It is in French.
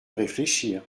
réfléchir